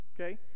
okay